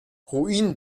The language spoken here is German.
ruinen